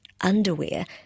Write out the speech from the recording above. underwear